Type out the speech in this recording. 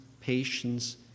patience